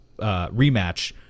rematch